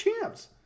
champs